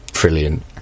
Brilliant